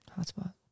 Hotspot